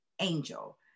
angel